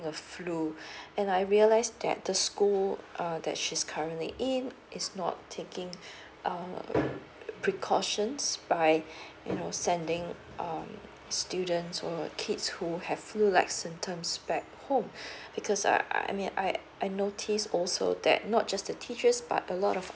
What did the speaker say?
flu and I realize that the school so uh that she's currently in is not taking um precautions by you know sending um students or kids who have flu like symptoms back home because uh I mean I I notice also that not just the teachers but a lot of